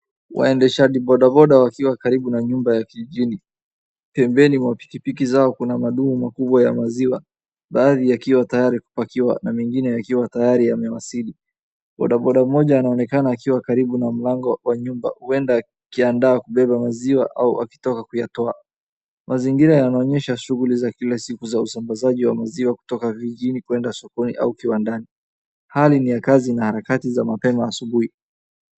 Waendeshaji boda boda wakiwa karibu na nyumba ya kijijini. Pembeni mwa pikipiki zao kuna madumu makubwa ya maziwa, baadhi yakiwa tayari kupakiwa na mengine yakiwa tayari yamewasili. Boda boda mmoja anaonekana akiwa karibu na mlango wa nyumba huenda akiandaa kubeba maziwa au akitoka kuyatoa. Mazingira yanaonyesha shughuli za kila siku za usambazaji wa maziwa kutoka vijijini kuenda sokoni au kiwandani. Hali ni ya kazi na harakati za mapema asubuhi.